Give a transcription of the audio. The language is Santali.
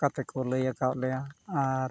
ᱠᱟᱛᱮ ᱠᱚ ᱞᱟᱹᱭᱟᱠᱟᱫ ᱞᱮᱭᱟ ᱟᱨ